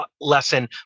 lesson